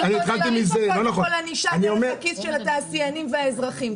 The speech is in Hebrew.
--- קודם כול ענישה דרך הכיס של התעשיינים והאזרחים.